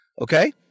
Okay